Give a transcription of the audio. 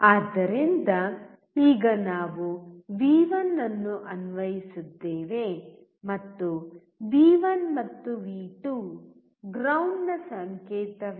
ಆದ್ದರಿಂದ ಈಗ ನಾವು ವಿ1 ಅನ್ನು ಅನ್ವಯಿಸಿದ್ದೇವೆ ಮತ್ತು ವಿ1 ಮತ್ತು ವಿ2 ಗ್ರೌಂಡ್ ನ ಸಂಕೇತವಿದೆ